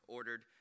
ordered